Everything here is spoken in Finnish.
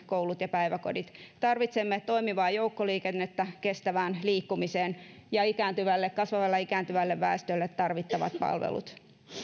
koulut ja päiväkodit tarvitsemme toimivaa joukkoliikennettä kestävään liikkumiseen ja kasvavalle ikääntyvälle väestölle tarvittavat palvelut